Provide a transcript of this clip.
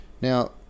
Now